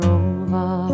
over